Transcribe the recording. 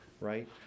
right